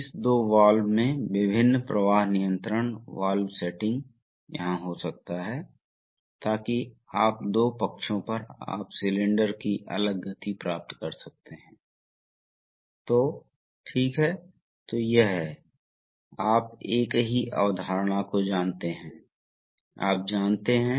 इसलिए अब विभिन्न मामले हैं कुछ मामलों में आगे धक्का एक लोड के तहत है पीछे की ओर धकेलना स्वतंत्र है इसलिए ऐसे कई मामले हैं जो उत्पन्न होते हैं और हम इनमें से कुछ को देखेंगे क्योंकि यह विस्तार प्रत्यावर्तन हाइड्रोलिक सर्किट में पारस्परिक गति बहुत आम बात है इसलिए हम पहले एक रेसिप्रोकेटिंग सर्किट को देखते हैं और विशेष रूप से हम पहले एक्सटेंशन स्ट्रोक को देखते हैं